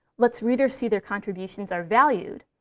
lets readers see their contributions are valued.